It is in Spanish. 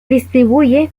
distribuye